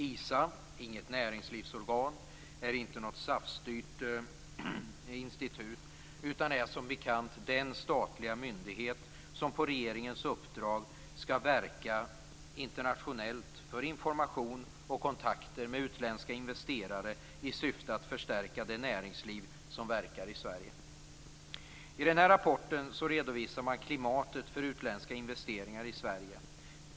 ISA är inget näringslivsorgan, inget SAF-styrt institut, utan som bekant den statliga myndighet som på regeringens uppdrag skall verka internationellt för information och kontakter med utländska investerare i syfte att förstärka det näringsliv som verkar i Sverige. I rapporten redovisar man klimatet för utländska investeringar i Sverige.